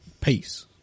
Peace